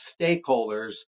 stakeholders